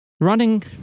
Running